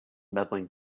medaling